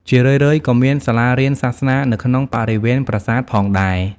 ជារឿយៗក៏មានសាលារៀនសាសនានៅក្នុងបរិវេណប្រាសាទផងដែរ។